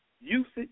usage